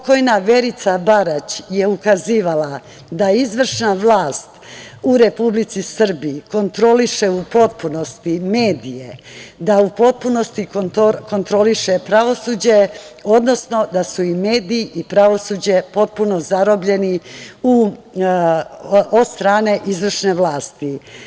Verica Barać je ukazivala da izvršna vlast u Republici Srbiji kontroliše u potpunosti medije, da u potpunosti kontroliše pravosuđe, odnosno da su i mediji i pravosuđe potpuno zarobljeni od strane izvršne vlasti.